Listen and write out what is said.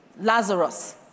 Lazarus